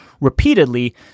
repeatedly